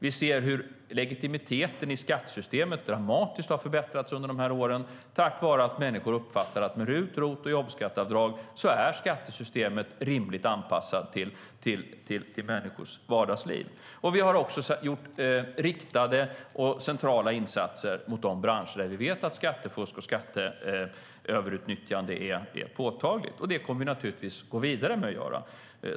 Vi ser hur legitimiteten i skattesystemet dramatiskt har förbättrats under de här åren tack vare att människor uppfattar att med RUT, ROT och jobbskatteavdrag är skattesystemet rimligt anpassat till människors vardagsliv. Vi har också gjort riktade och centrala insatser mot de branscher där vi vet att skattefusk och skatteöverutnyttjande är påtagligt. Det kommer vi naturligtvis att gå vidare med att göra.